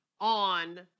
on